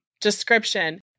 description